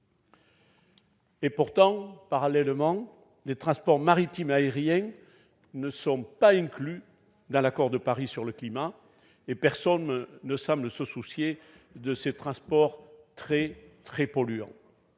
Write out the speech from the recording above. ! Pourtant, les transports maritime et aérien ne sont pas inclus dans l'accord de Paris sur le climat, et personne ne semble se soucier de ces transports extrêmement polluants.